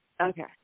Okay